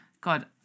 God